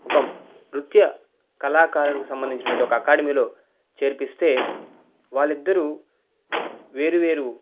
ఒక నృత్య కళాకారులకు సంబంధించినటు వంటి ఒక అకాడమీలో చేర్పిస్తే వాళ్ళిద్దరూ వేరు వేరు